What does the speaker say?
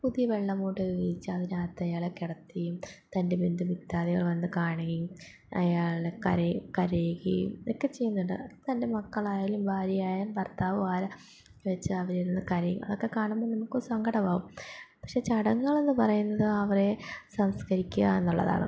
പുതിയ വെള്ളമുണ്ട് വിരിച്ച് അതിനകത്ത് അയാളെ കിടത്തിയും തൻ്റെ ബന്ധുമിത്രാദികൾ വന്ന് കാണുകയും അയാൾ കരയുകയും ഇതൊക്കെ ചെയ്യുന്നുണ്ട് തൻ്റെ മക്കളായാലും ഭാര്യയായാലും ഭർത്താവ് ആാരാ വെച്ച് അവരിരുന്ന് കരയും അതൊക്കെ കാണുമ്പോൾ നമുക്ക് സങ്കടമാവും പക്ഷെ ചടങ്ങെന്ന് പറയുന്നത് അവരെ സംസ്കരിക്കുക എന്നുള്ളതാണ്